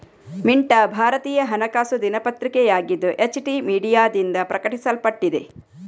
ಮಿಂಟಾ ಭಾರತೀಯ ಹಣಕಾಸು ದಿನಪತ್ರಿಕೆಯಾಗಿದ್ದು, ಎಚ್.ಟಿ ಮೀಡಿಯಾದಿಂದ ಪ್ರಕಟಿಸಲ್ಪಟ್ಟಿದೆ